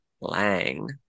Lang